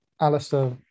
Alistair